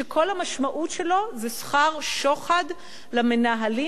שכל המשמעות שלו זה שכר שוחד למנהלים,